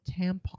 tampon